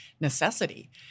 necessity